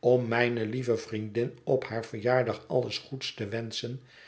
om mijne lieve vriendin op haar verjaardag alles goeds te wenschen